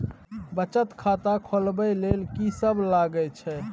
बचत खाता खोलवैबे ले ल की सब लगे छै?